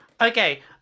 Okay